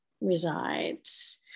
resides